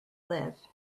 live